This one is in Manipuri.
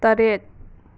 ꯇꯔꯦꯠ